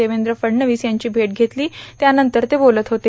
देवेंद्र फडणवीस यांची भेट घेतली त्यानंतर ते बोलत होते